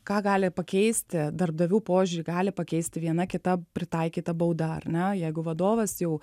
ką gali pakeisti darbdavių požiūrį gali pakeisti viena kita pritaikyta bauda ar ne jeigu vadovas jau